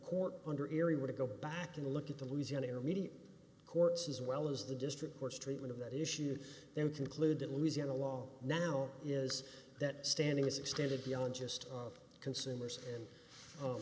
court under erie were to go back and look at the louisiana immediate courts as well as the district courts treatment of that issue then conclude that louisiana law now is that standing is extended beyond just of consumers and